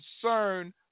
concern